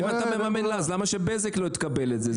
אם אתה מממן לה אז למה שבזק לא תקבל את זה?